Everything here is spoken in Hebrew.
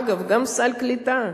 אגב, גם סל הקליטה,